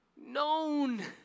known